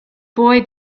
boy